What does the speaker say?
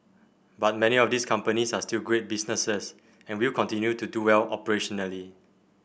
but many of these companies are still great businesses and will continue to do well operationally